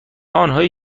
آنهایی